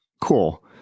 cool